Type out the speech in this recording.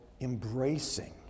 embracing